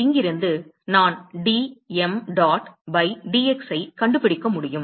எனவே இங்கிருந்து நான் d mdot பை dx ஐக் கண்டுபிடிக்க முடியும்